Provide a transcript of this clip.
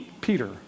Peter